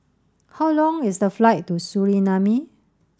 how long is the flight to Suriname